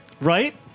Right